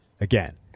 again